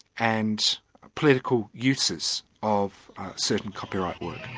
and political uses of certain copyright work.